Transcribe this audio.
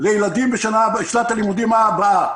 לילדים בשנת הלימודים הבאה.